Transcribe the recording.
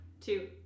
two